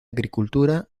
agricultura